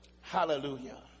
Hallelujah